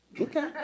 Okay